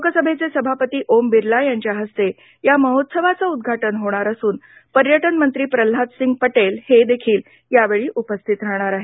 लोकसभेचे सभापती ओम बिर्ला यांच्या हस्ते या महोत्सवाचे उद्घाटन होणार असून पर्यटन मंत्री प्रह्लादसिंग पटेल हे देखील यावेळी उपस्थित राहणार आहेत